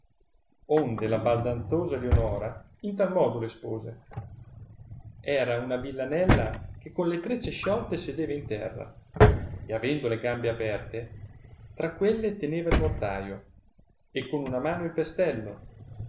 onde la baldanzosa lionora in tal modo l'espose era una villanella che con le treccie sciolte sedeva in terra e avendo le gambe aperte tra quelle teneva il mortaio e con una mano il pestello